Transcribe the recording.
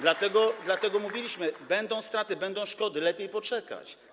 Dlatego mówiliśmy: będą straty, będą szkody, lepiej poczekać.